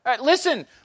Listen